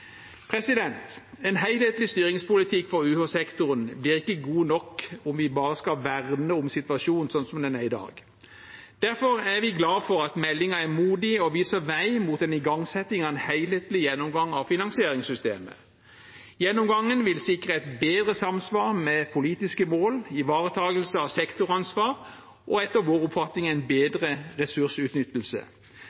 En helhetlig styringspolitikk på UH-sektoren blir ikke god nok om vi bare skal verne om situasjonen slik som den er i dag. Derfor er vi glad for at meldingen er modig og viser vei mot en igangsetting av en helhetlig gjennomgang av finansieringssystemet. Gjennomgangen vil sikre et bedre samsvar med politiske mål, ivaretakelse av sektoransvar og etter vår oppfatning en